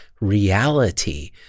reality